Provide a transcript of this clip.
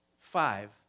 five